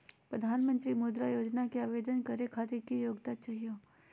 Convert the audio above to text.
प्रधानमंत्री मुद्रा योजना के आवेदन करै खातिर की योग्यता चाहियो?